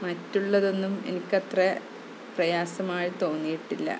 മറ്റുള്ളതൊന്നും എനിക്കത്ര പ്രയാസമായി തോന്നിയിട്ടില്ല